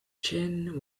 chen